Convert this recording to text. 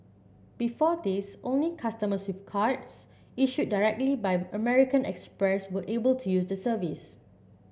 before this only customers with cards issued directly by American Express were able to use the service